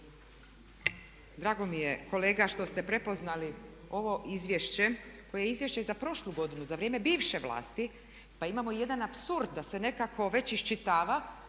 Drago mi je kolega što ste prepoznali ovo izvješće koje je izvješće i za prošlu godinu, za vrijeme bivše vlasti. Pa imamo i jedan apsurd da se nekako već iščitava